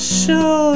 show